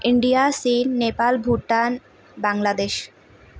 India চীন নেপাল ভূটান বাংলাদেশ